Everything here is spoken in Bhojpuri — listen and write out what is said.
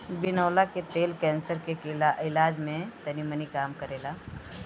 बिनौला के तेल कैंसर के इलाज करे में तनीमनी काम करेला